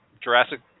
Jurassic